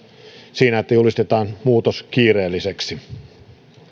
siinä että julistetaan muutos kiireelliseksi